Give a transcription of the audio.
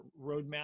roadmap